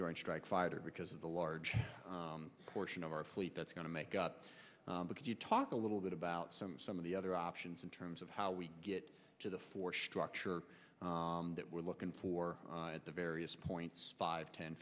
joint strike fighter because of the large portion of our fleet that's going to make up because you talk a little bit about some some of the other options in terms of how we get to the force structure that we're looking for at the various points five ten